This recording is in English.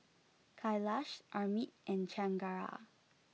Kailash Amit and Chengara